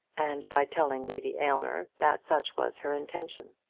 and by telling lady aylmer that such was her intention.